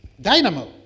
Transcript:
Dynamo